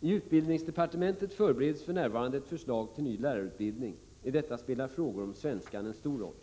I utbildningsdepartementet förbereds f.n. ett förslag till en ny lärarutbildning. I detta spelar frågor om svenskan en stor roll.